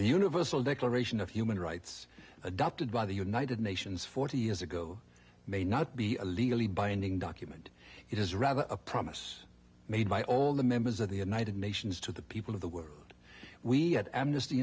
the universal declaration of human rights adopted by the united nations forty years ago may not be a legally binding document it is rather a promise made by all the members of the united nations to the people of the world we at amnesty